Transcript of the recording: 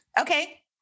okay